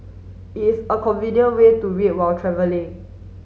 it is a convenient way to read while travelling